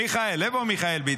מיכאל, איפה מיכאל ביטון?